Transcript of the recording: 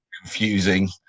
confusing